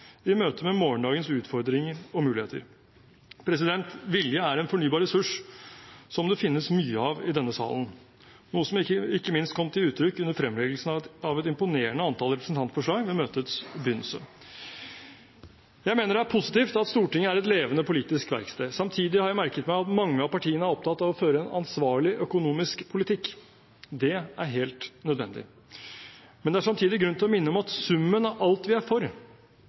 i møte med morgendagens utfordringer og muligheter. Vilje er en fornybar ressurs som det finnes mye av i denne salen, noe som ikke minst kom til uttrykk under fremleggelsen av et imponerende antall representantforslag ved møtets begynnelse. Jeg mener det er positivt at Stortinget er et levende politisk verksted. Samtidig har jeg merket meg at mange av partiene er opptatt av å føre en ansvarlig økonomisk politikk. Det er helt nødvendig, men det er samtidig grunn til å minne om at summen av alt vi er for,